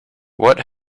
what